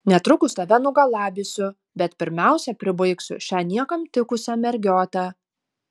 netrukus tave nugalabysiu bet pirmiausia pribaigsiu šią niekam tikusią mergiotę